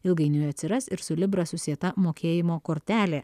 ilgainiui atsiras ir su libra susieta mokėjimo kortelė